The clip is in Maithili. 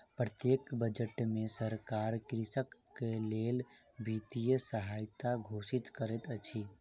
प्रत्येक बजट में सरकार कृषक के लेल वित्तीय सहायता घोषित करैत अछि